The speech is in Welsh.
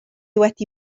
wedi